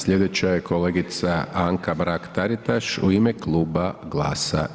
Sljedeća je kolegice Anka Mrak-Taritaš u ime kluba GLAS-a.